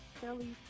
Kelly